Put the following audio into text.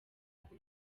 kuko